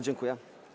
Dziękuję.